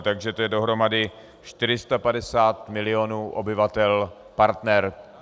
Takže to je dohromady 450 milionů obyvatel partner.